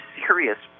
serious